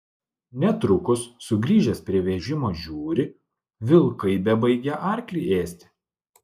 netrukus sugrįžęs prie vežimo žiūri vilkai bebaigią arklį ėsti